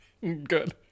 Good